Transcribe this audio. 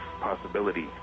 possibility